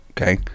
okay